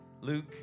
Luke